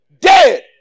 dead